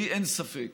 לי אין ספק